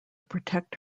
protect